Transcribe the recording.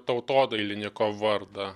tautodailininko vardą